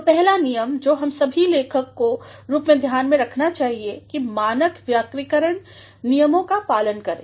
तो पहला नियम जो हम सभी को लेखक के रूप में ध्यान रखना चाहिए है कि मानक व्याकरणिक नियमों का पालन करें